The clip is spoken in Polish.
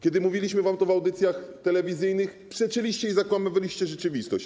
Kiedy mówiliśmy wam to w audycjach telewizyjnych, przeczyliście i zakłamywaliście rzeczywistość.